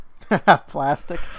Plastic